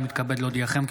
אני מתכבד להודיעכם,